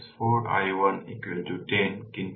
তার মানে iNorton source transformation VThevenin R2 দ্বারা